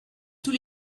tous